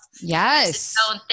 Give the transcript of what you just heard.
Yes